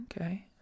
Okay